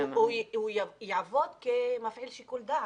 הוא יעבוד כמפעיל שיקול דעת.